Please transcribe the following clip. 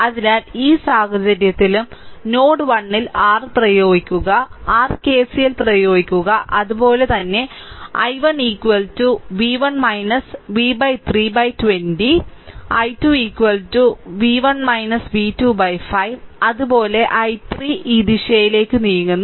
അതിനാൽ ഈ സാഹചര്യത്തിലും നോഡ് 1 ൽ r പ്രയോഗിക്കുക r KCL പ്രയോഗിക്കുക അതുപോലെ തന്നെ i1 v1 v 320 i2 v1 v2 5 അതുപോലെ i3 ഈ ദിശയിലേക്ക് നീങ്ങുന്നു